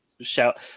shout